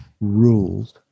rules